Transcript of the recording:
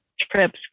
trips